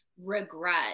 regret